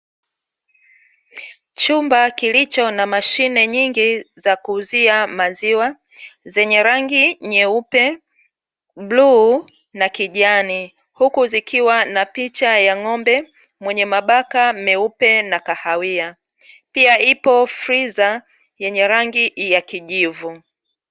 Chumba kilicho na mashine nyingi za kuuzia maziwa zenye rangi nyeupe, bluu na kijani huku zikiwa na picha ya ng'ombe mwenye mabaka meupe na kahawia. Pia ipo friza yenye rangi ya kijivu.